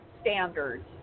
standards